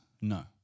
No